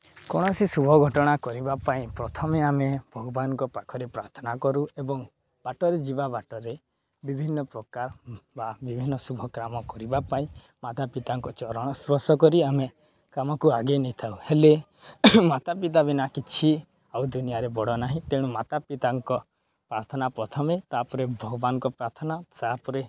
କୌଣସି ଶୁଭ ଘଟଣା କରିବା ପାଇଁ ପ୍ରଥମେ ଆମେ ଭଗବାନଙ୍କ ପାଖରେ ପ୍ରାର୍ଥନା କରୁ ଏବଂ ବାଟରେ ଯିବା ବାଟରେ ବିଭିନ୍ନପ୍ରକାର ବା ବିଭିନ୍ନ ଶୁଭ କାମ କରିବା ପାଇଁ ମାତା ପିତାଙ୍କ ଚରଣ ସ୍ପର୍ଶ କରି ଆମେ କାମକୁ ଆଗେଇ ନେଇଥାଉ ହେଲେ ମାତା ପିତା ବିନା କିଛି ଆଉ ଦୁନିଆରେ ବଡ଼ ନାହିଁ ତେଣୁ ମାତା ପିତାଙ୍କ ପ୍ରାର୍ଥନା ପ୍ରଥମେ ତା'ପରେ ଭଗବାନଙ୍କ ପ୍ରାର୍ଥନା ତା'ପରେ